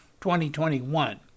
2021